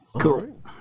Cool